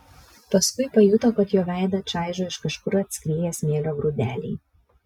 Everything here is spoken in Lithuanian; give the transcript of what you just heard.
paskui pajuto kad jo veidą čaižo iš kažkur atskrieję smėlio grūdeliai